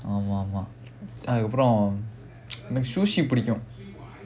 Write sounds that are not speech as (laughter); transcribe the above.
ஆமா ஆமா அதுக்கு அப்புறம்:aamaa aamaa athukku appuram (noise) பிடிக்கும்:pidikkum